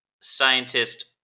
scientist